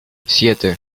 siete